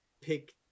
pick